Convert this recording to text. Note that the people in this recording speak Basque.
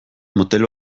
motel